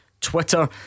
Twitter